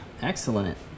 Excellent